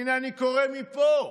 הינה, אני קורא מפה: